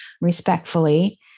respectfully